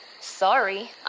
Sorry